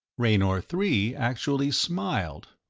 raynor three actually smiled.